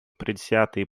предвзятые